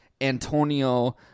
Antonio